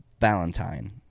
Valentine